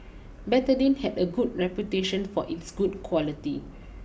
Betadine has a good reputation for it's good quality